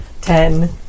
Ten